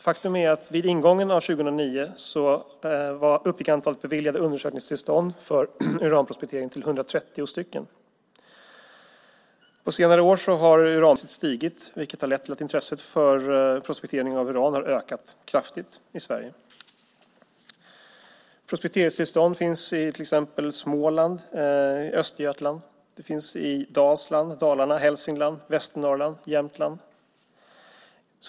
Faktum är att vid ingången av 2009 uppgick antalet beviljade undersökningstillstånd för uranprospektering till 130. På senare år har uranpriset stigit, vilket har lett till att intresset för prospektering av uran har ökat kraftigt i Sverige. Prospekteringstillstånd finns i till exempel Småland, Östergötland, Dalsland, Dalarna, Hälsingland, Västernorrland och Jämtland.